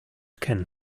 can